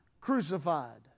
crucified